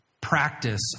practice